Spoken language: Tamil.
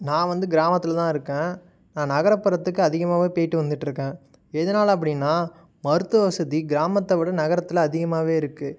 நான் வந்து கிராமத்தில் தான் இருக்கேன் நான் நகர்ப்புறத்துக்கு அதிகமாகவே போய்ட்டு வந்துகிட்ருக்கேன் எதனால அப்படின்னா மருத்துவ வசதி கிராமத்தை விட நகரத்தில் அதிகமாகவே இருக்கு